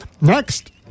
Next